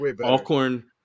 alcorn